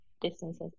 distances